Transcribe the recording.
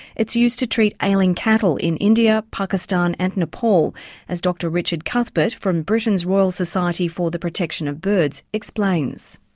it's used to treat ailing cattle in india, pakistan and nepal as dr richard cuthbert from britain's royal society for the protection of birds explains.